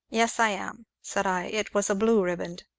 yes, i am, said i it was a blue riband,